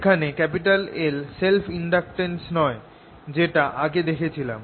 এখানে L self inductance নয় যেটা আগে দেখেছিলাম